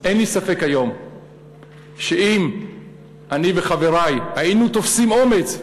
אין לי ספק היום שאם אני וחברי היינו תופסים אומץ,